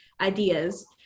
ideas